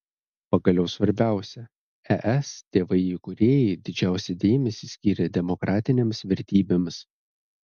pagaliau svarbiausia es tėvai įkūrėjai didžiausią dėmesį skyrė demokratinėms vertybėms